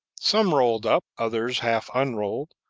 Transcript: some rolled up, others half unrolled,